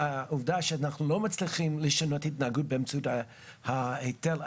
העובדה שאנחנו לא מצליחים לשנות התנהגות באמצעות ההיטל,